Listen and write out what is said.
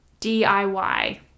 DIY